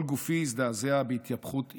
כל גופי הזדעזע בהתייפחות איטית.